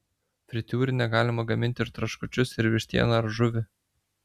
fritiūrine galima gaminti ir traškučius ir vištieną ar žuvį